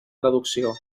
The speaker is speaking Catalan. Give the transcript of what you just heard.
traducció